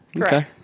Okay